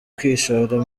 kwishora